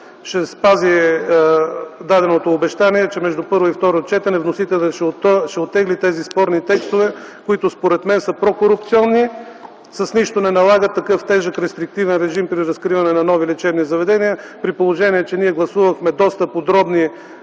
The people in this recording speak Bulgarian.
ще спази даденото обещание, че между първо и второ четене вносителят ще оттегли тези спорни текстове, които според мен са прокорупционни, с нищо не налагат такъв тежък рестриктивен режим при разкриване на нови лечебни заведения, при положение че ние гласувахме доста подробни